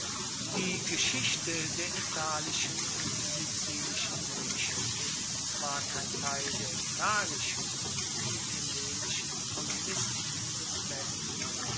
die geschichte der italischen und sizilischen griechen ist zwar kein teil der italischen die hellenischen kolonisten des westens